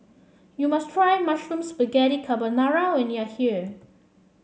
you must try Mushroom Spaghetti Carbonara when you are here